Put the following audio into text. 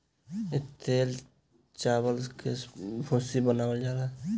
इ तेल चावल के भूसी से बनावल जाला